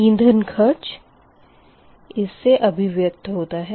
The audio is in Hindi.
इंधन खर्च इस से अभिव्यक्ति होता है